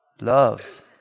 Love